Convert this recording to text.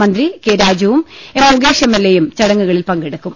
മന്ത്രി കെ രാജുവും M Mukesh M L A യും ചടങ്ങുകളിൽ പങ്കെടു ക്കും